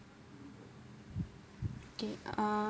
okay uh